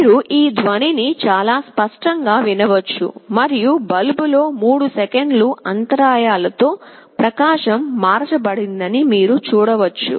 మీరు ఈ ధ్వనిని చాలా స్పష్టంగా వినవచ్చు మరియు బల్బులో 3 సెకన్ల అంతరాయలతో ప్రకాశం మార్చబడిందని మీరు చూడవచ్చు